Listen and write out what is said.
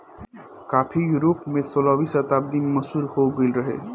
काफी यूरोप में सोलहवीं शताब्दी में मशहूर हो गईल रहे